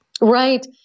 Right